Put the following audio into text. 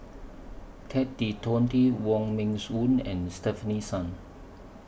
Ted De Ponti Wong Meng Voon and Stefanie Sun